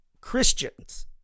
Christians